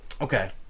Okay